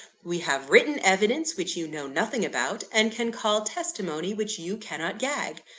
we have written evidence, which you know nothing about, and can call testimony which you cannot gag.